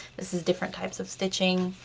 this is different types of stitching.